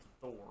Thor